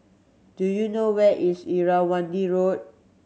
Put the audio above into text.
do you know where is Irrawaddy Road